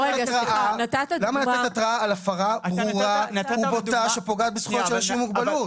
למה לתת התראה על הפרה ברורה ובוטה שפוגעת בזכויות של אנשים עם מוגבלות?